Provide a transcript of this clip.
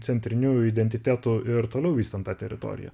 centriniu identitetu ir toliau vystant tą teritoriją